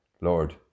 Lord